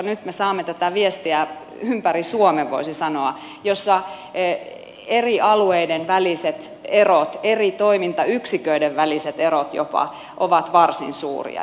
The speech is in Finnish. nyt me saamme tätä viestiä ympäri suomen voisi sanoa että eri alueiden väliset erot eri toimintayksiköiden väliset erot jopa ovat varsin suuria